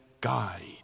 guide